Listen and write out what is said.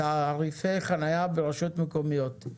תעריפי חניה ברשויות מקומיות.